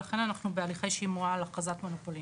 ולכן אנחנו בהליכי שימוע על הכרזת מונופולין.